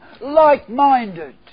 like-minded